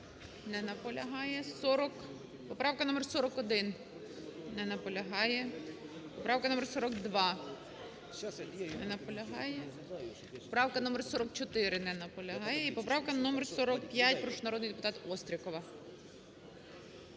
Не наполягає. Правка номер 41. Не наполягає. Правка номер 42. Не наполягає. Правка номер 44. Не наполягає. І поправка номер 45. Прошу, народний депутат Острікова.